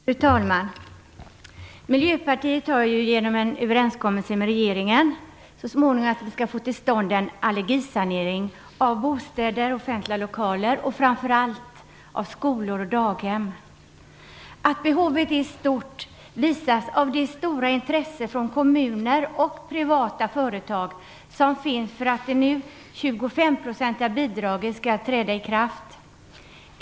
Fru talman! Miljöpartiet har ju genom en överenskommelse med regeringen ordnat att det så småningom skall bli en allergisanering av bostäder och offentliga lokaler - framför allt av skolor och daghem. Att behovet är stort visas av det stora intresse från kommuner och privata företag som finns för att det nu 25-procentiga bidraget skall träda i kraft.